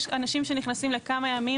יש אנשים שנכנסים לכמה ימים,